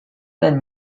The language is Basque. den